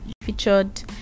featured